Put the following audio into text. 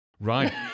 Right